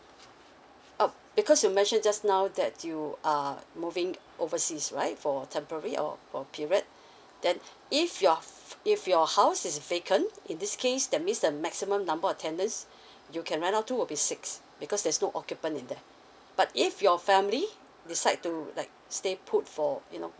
uh because you mentioned just now that you are moving overseas right for temporary or or period then if your if your house is vacant in this case that means the maximum number of tenants you can rent out to will be six because there's no occupant in there but if your family decide to like stay put for you know